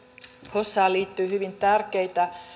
hossaan liittyy hyvin tärkeitä